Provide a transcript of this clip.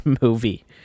movie